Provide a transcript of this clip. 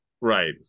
Right